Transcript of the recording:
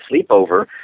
sleepover